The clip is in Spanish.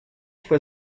fue